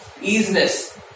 easiness